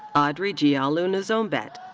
audrey djialeu nzombet.